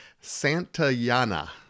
Santayana